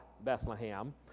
Bethlehem